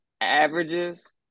averages